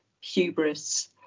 hubris